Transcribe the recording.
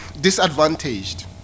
disadvantaged